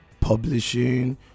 publishing